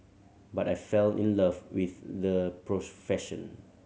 but I fell in love with the profession